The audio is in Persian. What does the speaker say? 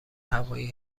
هوایی